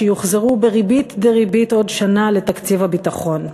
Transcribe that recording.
שיוחזרו בריבית דריבית עוד שנה לתקציב הביטחון.